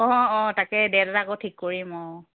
অঁ অঁ তাকে ডেট এটা আকৌ ঠিক কৰিম অঁ